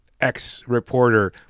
ex-reporter